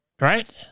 Right